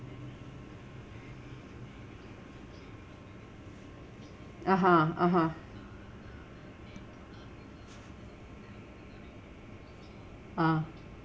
(uh huh) (uh huh) ah